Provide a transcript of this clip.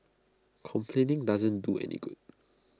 complaining doesn't do any good